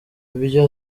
ibyo